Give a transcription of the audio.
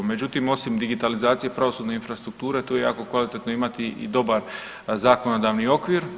Međutim, osim digitalizacije i pravosudne infrastrukture tu je jako kvalitetno imati i dobar zakonodavni okvir.